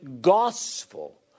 gospel